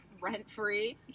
rent-free